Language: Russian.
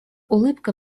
улыбкой